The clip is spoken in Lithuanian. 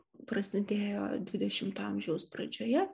prasidėjo dvidešimto amžiaus pradžioje